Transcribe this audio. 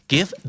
Give